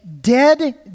dead